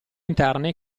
interne